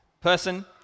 person